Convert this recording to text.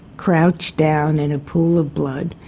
crouched down in a pool of blood,